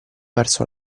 verso